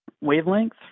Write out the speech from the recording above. wavelength